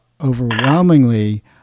overwhelmingly